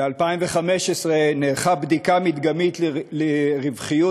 ב-2015 נערכה בדיקה מדגמית של רווחיות